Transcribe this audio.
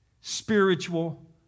spiritual